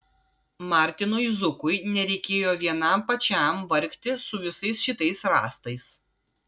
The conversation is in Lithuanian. martinui zukui nereikėjo vienam pačiam vargti su visais šitais rąstais